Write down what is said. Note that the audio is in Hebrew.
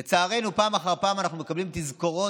לצערנו, פעם אחר פעם אנחנו מקבלים תזכורות